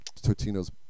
Tortino's